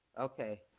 Okay